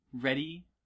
ready